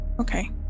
Okay